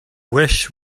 wish